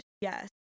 Yes